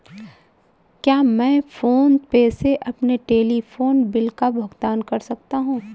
क्या मैं PhonePe से अपने टेलीफोन बिल का भुगतान कर सकता हूँ?